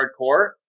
hardcore